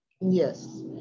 Yes